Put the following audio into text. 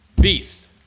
beast